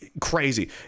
crazy